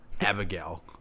Abigail